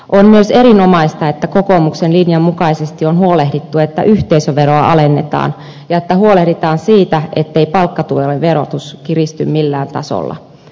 on myös erinomaista että kokoomuksen linjan mukaisesti on huolehdittu että yhteisöveroa alennetaan ja että huolehditaan siitä ettei palkkatulojen verotus kiristy millään tasolla